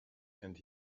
and